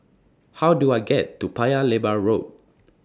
How Do I get to Paya Lebar Road